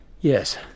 Yes